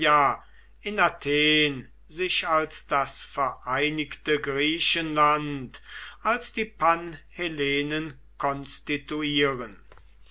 in athen sich als das vereinigte griechenland als die panhellenen